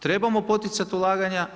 Trebamo poticati ulaganja.